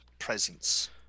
presence